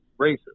racist